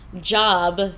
job